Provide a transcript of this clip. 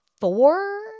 four